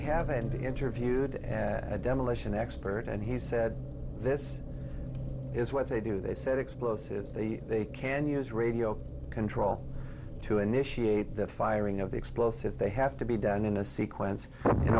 with interviewed a demolition expert and he said this is what they do they set explosives they can use radio control to initiate the firing of the explosives they have to be done in a sequence in